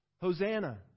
Hosanna